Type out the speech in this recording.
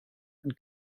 and